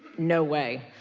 no way.